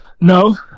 No